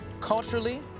Culturally